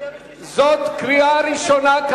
זאת כרגע קריאה ראשונה,